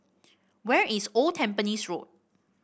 where is Old Tampines Road